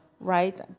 right